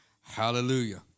Hallelujah